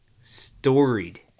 storied